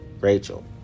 Rachel